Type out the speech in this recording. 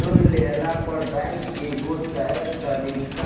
loan लेहला पअ bank एगो तय तारीख